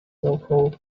local